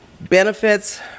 Benefits